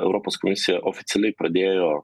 europos komisija oficialiai pradėjo